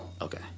okay